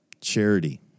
Charity